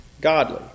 godly